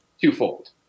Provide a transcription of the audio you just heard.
twofold